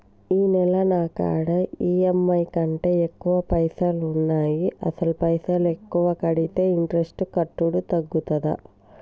ఈ నెల నా కాడా ఈ.ఎమ్.ఐ కంటే ఎక్కువ పైసల్ ఉన్నాయి అసలు పైసల్ ఎక్కువ కడితే ఇంట్రెస్ట్ కట్టుడు తగ్గుతదా?